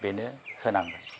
बेनो होनांगोन